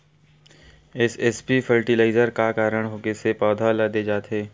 SSP fertiliser का कारण से पौधा ल दे जाथे?